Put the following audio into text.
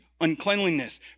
uncleanliness